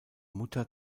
mutter